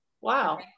Wow